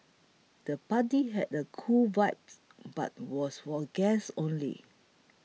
the party had the cool vibes but was for guests only